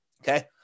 Okay